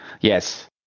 Yes